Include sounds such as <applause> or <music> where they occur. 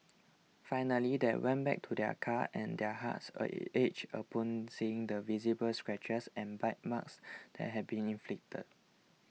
finally they went back to their car and their hearts <unintelligible> ached upon seeing the visible scratches and bite marks that had been inflicted